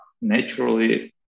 naturally